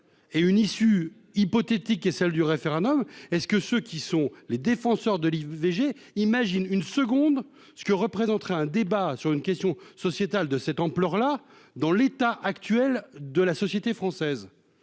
et une issue hypothétique qui est celle du référendum, les défenseurs de l'IVG imaginent-ils une seconde ce que représenterait un débat sur une question sociétale de cette ampleur dans l'état actuel de la société française ?